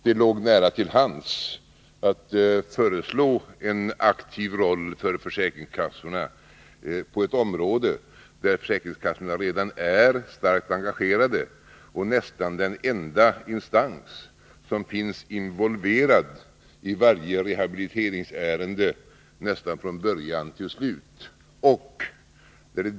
Det låg dock nära till hands att föreslå en aktiv roll för försäkringskassorna på ett område där försäkringskassorna redan är starkt engagerade och är så gott som den enda instans som finns involverad i varje rehabiliteringsärende nästan från början till slut.